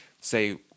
say